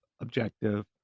objective